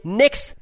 next